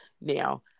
now